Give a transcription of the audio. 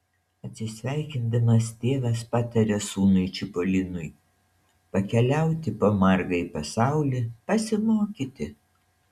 atsisveikindamas tėvas pataria sūnui čipolinui pakeliauti po margąjį pasaulį pasimokyti